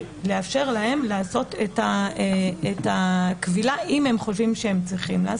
ולאפשר להם לעשות את הכבילה אם הם חושבים שהם צריכים.